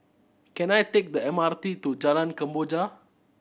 can I take the M R T to Jalan Kemboja